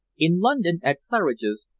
in london, at claridge's,